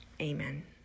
Amen